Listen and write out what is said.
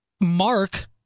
Mark